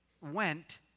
went